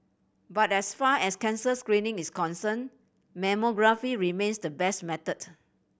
but as far as cancer screening is concerned mammography remains the best method